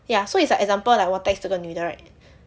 ya so it's like example like 我 text 这个女的 right